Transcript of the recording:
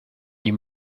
you